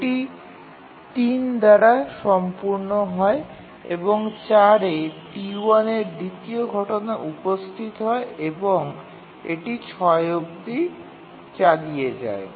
এটি ৩ দ্বারা সম্পূর্ণ হয় এবং ৪ এ T1 এর দ্বিতীয় ঘটনা উপস্থিত হয় এবং এটি ৬ অবধি চালিয়ে যায়